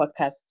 podcast